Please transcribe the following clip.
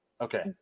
Okay